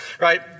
right